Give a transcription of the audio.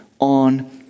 on